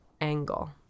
angle